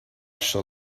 shall